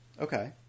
Okay